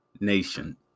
nation